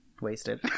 wasted